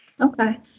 Okay